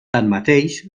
tanmateix